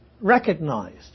recognized